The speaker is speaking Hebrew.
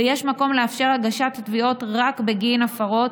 ויש מקום לאפשר הגשת תביעות רק בגין הפרות